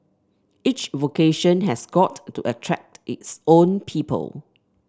each vocation has got to attract its own people